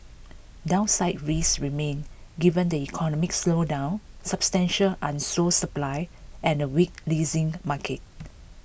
downside risks remain given the economic slowdown substantial unsold supply and a weak leasing market